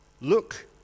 Look